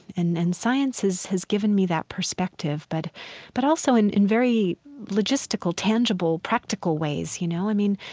and and science has has given me that perspective, but but also in in very logistical, tangible, practical ways, you know. i mean,